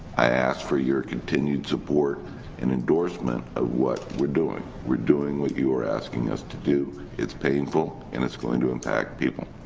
i asked for your continued support an endorsement of what we're doing, we're doing what you are asking us to do, it's painful and it's going to impact people.